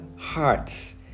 hearts